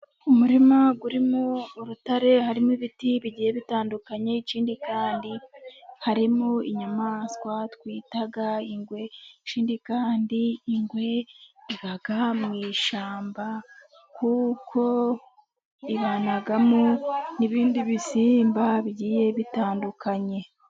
Umuririma urimo urutare, harimo ibiti bigiye bitandukanye, ikindi kandi harimo inyamaswa twita ingwe, ikindi kandi ingwe iba mu ishyamba, kuko ibanamo n'ibindi bisimba bigiye bitandukanye.